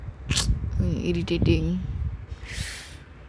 irritating